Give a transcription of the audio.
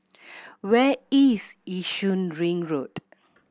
where is Yishun Ring Road